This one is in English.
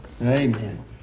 Amen